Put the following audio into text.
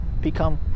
become